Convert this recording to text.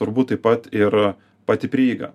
turbūt taip pat ir pati prieiga